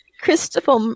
Christopher